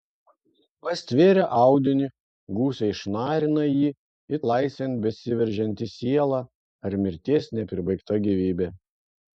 pastvėrę audinį gūsiai šnarina jį it laisvėn besiveržianti siela ar mirties nepribaigta gyvybė